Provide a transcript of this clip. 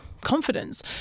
confidence